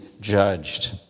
judged